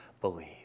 believe